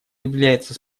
является